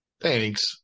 thanks